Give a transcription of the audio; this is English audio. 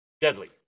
deadly